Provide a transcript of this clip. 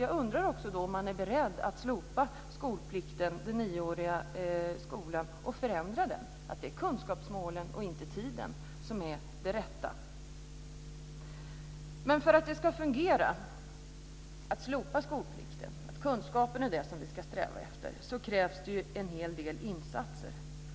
Jag undrar om man är beredd att slopa skolplikten, den nioåriga skolan och förändra den så att det är kunskapsmålen och inte tiden som är det rätta. För att det ska fungera att slopa skolplikten, att kunskapen är det som vi ska sträva efter, krävs en hel del insatser.